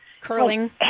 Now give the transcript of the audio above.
curling